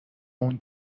اون